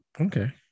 Okay